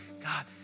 God